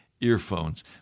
earphones